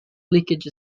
leakage